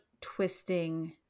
twisting